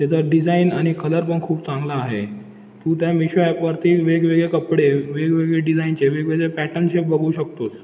त्याचा डिझाईन आणि कलर पण खूप चांगला आहे तू त्या मिशो ॲपवरती वेगवेगळे कपडे वेगवेगळे डिझाईनचे वेगवेगळे पॅटर्नचे बघू शकतोच